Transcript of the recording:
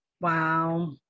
Wow